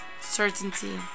certainty